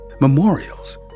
Memorials